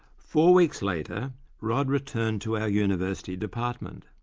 four weeks later rod returned to our university department.